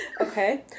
Okay